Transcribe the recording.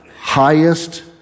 highest